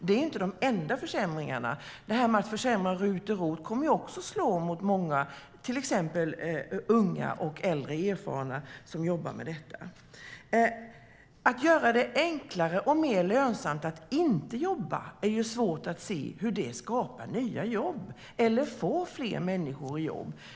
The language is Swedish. Det är inte de enda försämringarna. Att försämra RUT och ROT kommer också att slå mot till exempel många unga och äldre erfarna som jobbar med detta. Det är svårt att se hur det skapar nya jobb eller får fler människor i jobb att göra det enklare och mer lönsamt att inte jobba.